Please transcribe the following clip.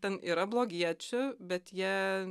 ten yra blogiečių bet jie